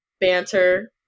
banter